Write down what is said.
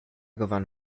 gewann